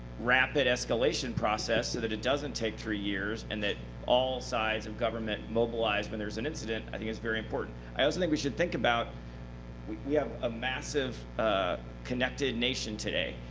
rapid escalation process so that it doesn't take three years and that all sides of government mobilize when there's an incident i think is very important. i also think we should think about we have a massive connected nation today.